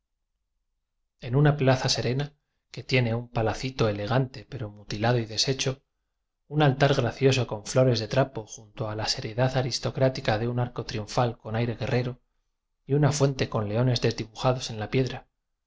en una plaza serena que tiene un palaciío elegante pero mutilado y deshecho un altar gracioso con flores de trapo junto a la seriedad aristocrática de un arco triunfal con aire guerrero y una fuente con leones desdibujados en la piedra